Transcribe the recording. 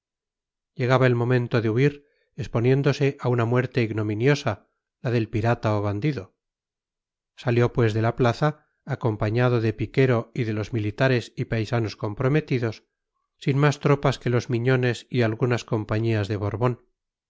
llegaba el momento de huir exponiéndose a una muerte ignominiosa la del pirata o bandido salió pues de la plaza acompañado de piquero y de los militares y paisanos comprometidos sin más tropas que los miñones y algunas compañías de borbón